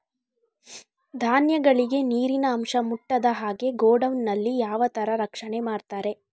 ಧಾನ್ಯಗಳಿಗೆ ನೀರಿನ ಅಂಶ ಮುಟ್ಟದ ಹಾಗೆ ಗೋಡೌನ್ ನಲ್ಲಿ ಯಾವ ತರ ರಕ್ಷಣೆ ಮಾಡ್ತಾರೆ?